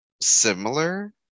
similar